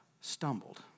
stumbled